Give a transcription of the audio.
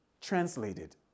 translated